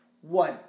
One